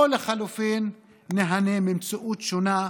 או לחלופין ניהנה ממציאות שונה,